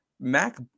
Mac